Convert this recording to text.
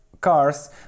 cars